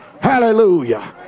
hallelujah